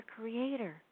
creator